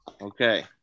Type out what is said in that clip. Okay